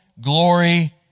glory